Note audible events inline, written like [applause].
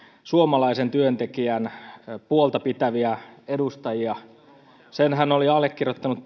suomalaisen työntekijän puolta pitäviä edustajia tämän lakialoitteenhan oli allekirjoittanut [unintelligible]